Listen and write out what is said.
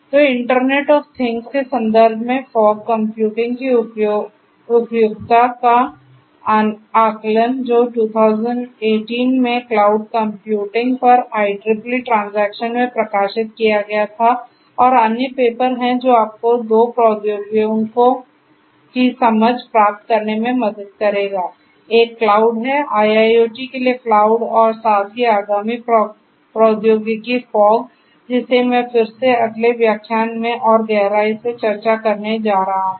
तो internet of things के संदर्भ में फॉग कंप्यूटिंग की उपयुक्तता का आकलन जो 2018 में क्लाउड कम्प्यूटिंग पर IEEE ट्रांजैक्शन में प्रकाशित किया गया था और अन्य पेपर है जोआपको 2 प्रौद्योगिकियों की समझ प्राप्त करने में मदद करेगा एक क्लाउड है IIoT के लिए क्लाउड और साथ ही आगामी प्रौद्योगिकी फॉग जिसे मैं फिर से अगले व्याख्यान में और गहराई से चर्चा करने जा रहा हूं